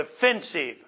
defensive